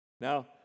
Now